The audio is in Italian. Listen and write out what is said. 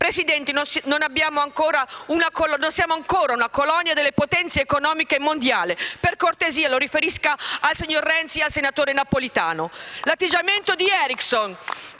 Presidente, non siamo ancora una colonia delle potenze economiche mondiali. Per cortesia, lo riferisca al signor Renzi e al senatore Napolitano. *(Applausi dal Gruppo